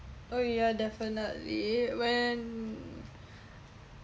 oh ya definitely when